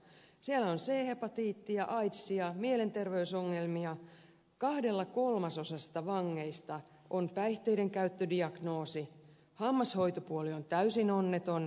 siellä on c hepatiittia aidsia mielenterveysongelmia kahdella kolmasosalla vangeista on päihteidenkäyttödiagnoosi hammashoitopuoli on täysin onneton ja niin edelleen